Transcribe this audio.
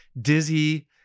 dizzy